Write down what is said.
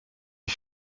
les